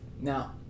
Now